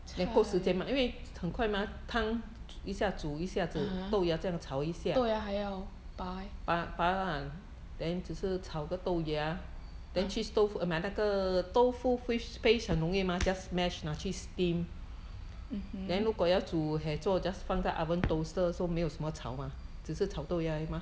菜 (uh huh) 豆芽还要拔 eh mmhmm